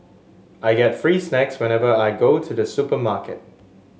I get free snacks whenever I go to the supermarket